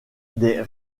des